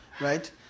right